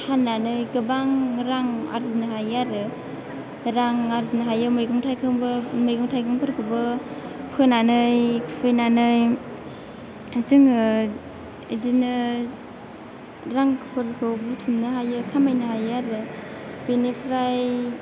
फाननानै गोबां रां आरजिनो हायो आरो रां आरजिनो हायो मैगं थाइगंबो मैगं थाइगंफोरखौबो फोनानै खुबैनानै जोङो बिदिनो रांफोरखौ बुथुमनो हायो खामायनो हायो आरो बिनिफ्राय